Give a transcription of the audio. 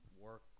work